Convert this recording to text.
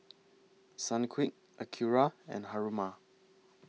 Sunquick Acura and Haruma